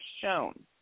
shown